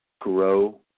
grow